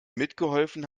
mitgeholfen